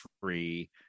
free